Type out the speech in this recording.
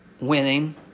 winning